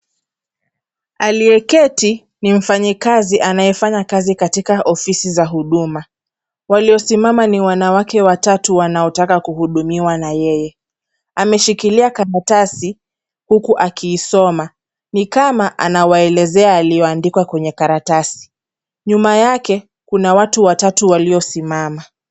Aliyeketi ni mfanyakazi anayefanya kazi katika ofisi za huduma. Waliosimama ni wanawake watatu wanaotaka kuhudumiwa na yeye. Ameshikilia karatasi huku akiisoma, ni kama anawaelezea yaliyoandikwa kwenye karatasi. Nyuma yake, kuna watu watatu waliosimama .